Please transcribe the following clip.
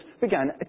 began